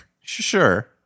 sure